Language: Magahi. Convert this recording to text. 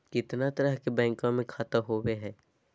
कितना तरह के बैंकवा में खाता होव हई?